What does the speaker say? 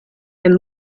and